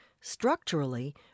Structurally